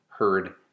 Heard